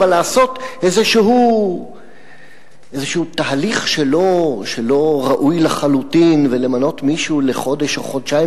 אבל לעשות איזה תהליך לא ראוי לחלוטין ולמנות מישהו לחודש או חודשיים